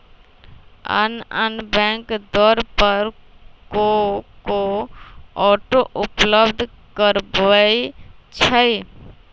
आन आन बैंक दर पर को को ऑटो उपलब्ध करबबै छईं